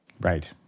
Right